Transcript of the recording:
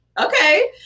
Okay